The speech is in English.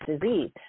disease